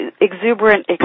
exuberant